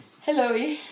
hello